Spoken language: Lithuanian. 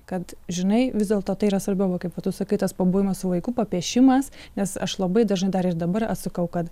kad žinai vis dėlto tai yra svarbiau va kaip va tu sakai tas pabuvimas su vaiku papiešimas nes aš labai dažnai dar ir dabar atsakau kad